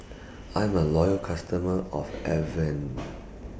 I'm A Loyal customer of Avene